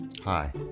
Hi